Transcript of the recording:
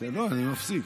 אני מפסיק.